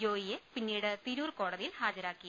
ജോയിയെ പിന്നീട് തിരൂർ കോടതിയിൽ ഹാജരാക്കി